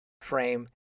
frame